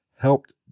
helped